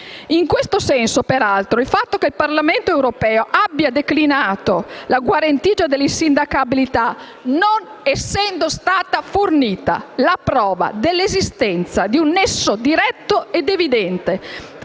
In questo senso, peraltro, il fatto che il Parlamento europeo abbia declinato la guarentigia dell'insindacabilità non essendo stata fornita la prova dell'esistenza di un nesso diretto ed evidente